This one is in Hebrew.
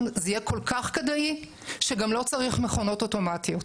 זה יהיה כל כך כדאי שגם לא צריך מכונות אוטומטיות.